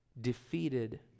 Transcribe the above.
defeated